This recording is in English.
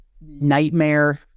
nightmare